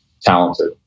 talented